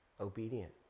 obedient